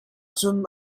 cun